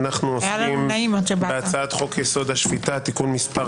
אנחנו עוסקים בהצעת חוק-יסוד: השפיטה (תיקון מס'